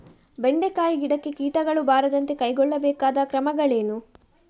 ಬೆಂಡೆಕಾಯಿ ಗಿಡಕ್ಕೆ ಕೀಟಗಳು ಬಾರದಂತೆ ಕೈಗೊಳ್ಳಬೇಕಾದ ಕ್ರಮಗಳೇನು?